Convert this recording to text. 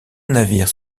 navires